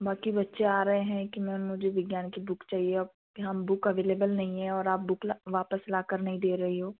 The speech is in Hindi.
बाकी बच्चे आ रहे हैं कि मैम मुझे विज्ञान की बुक चाहिए अब यहाँ बुक अवेलेबल नहीं है और आप बुक वापस लाकर नहीं दे रही हो